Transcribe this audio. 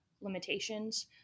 limitations